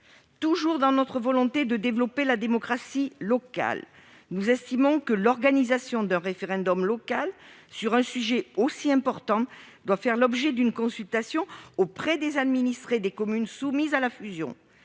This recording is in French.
Toujours dans notre volonté de développer la démocratie locale, nous estimons que l'organisation d'un référendum local sur un sujet aussi important doit faire l'objet d'une consultation auprès des administrés des communes soumises à la fusion.